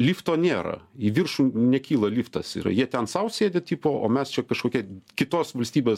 lifto nėra į viršų nekyla liftas yra jie ten sau sėdi tipo o mes čia kažkokie kitos valstybės